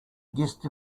gist